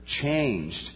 changed